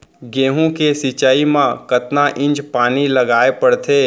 गेहूँ के सिंचाई मा कतना इंच पानी लगाए पड़थे?